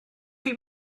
chi